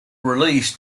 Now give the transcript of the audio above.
release